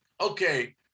Okay